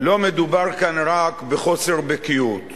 לא מדובר כאן רק בחוסר בקיאות.